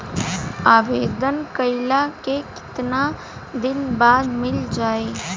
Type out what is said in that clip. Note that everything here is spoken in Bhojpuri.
आवेदन कइला के कितना दिन बाद मिल जाई?